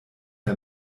der